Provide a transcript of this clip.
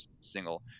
single